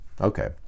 Okay